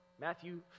Matthew